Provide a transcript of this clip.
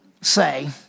say